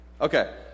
Okay